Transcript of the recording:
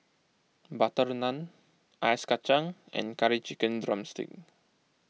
Butter Naan Ice Kacang and Curry Chicken Drumstick